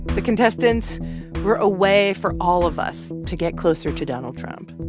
the contestants were a way for all of us to get closer to donald trump.